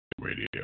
Radio